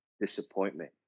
disappointment